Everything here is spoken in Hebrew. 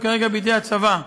והוא כרגע בידי הצבא.